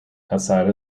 outside